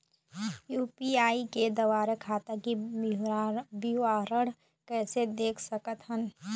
UPI के द्वारा खाता के विवरण कैसे देख सकत हन?